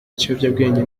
ikiyobyabwenge